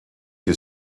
you